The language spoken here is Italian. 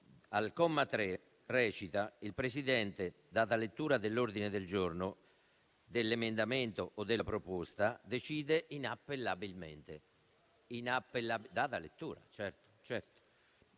al comma 3 così recita: «Il Presidente, data lettura dell'ordine del giorno, dell'emendamento o della proposta, decide inappellabilmente»: inappellabilmente.